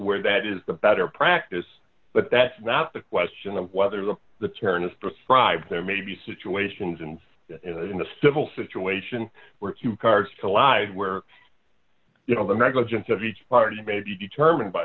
where that is the better practice but that's not the question of whether the the turn is prescribed there may be situations and in the civil situation where two cards collide where you know the negligence of each party may be determined by